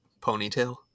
Ponytail